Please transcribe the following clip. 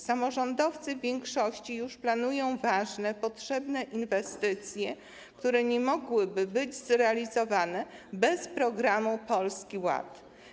Samorządowcy w większości już planują ważne i potrzebne inwestycje, które nie mogłyby być zrealizowane bez programu Polski Ład.